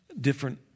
Different